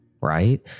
right